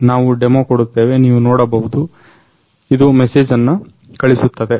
ನಾವು ಡೆಮೊ ಕೊಡುತ್ತೇವೆ ನೀವು ನೋಡಬಹುದು ಇದು ಮೆಸೇಜನ್ನ ಕಳಿಸುತ್ತದೆ